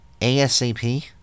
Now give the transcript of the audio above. ASAP